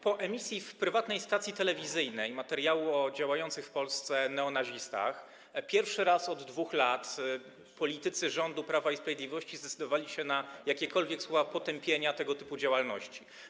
Po emisji w prywatnej stacji telewizyjnej materiału o działających w Polsce neonazistach pierwszy raz od 2 lat politycy rządu Prawa i Sprawiedliwości zdecydowali się na jakiekolwiek słowa potępienia tego typu działalności.